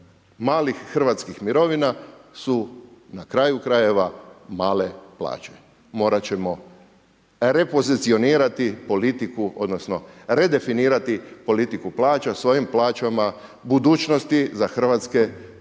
malih hrvatskih mirovina su na kraju krajeva male plaće. Morati ćemo repozicionirati politiku, odnosno redefinirati politiku plaća s ovim plaćama budućnosti za hrvatske,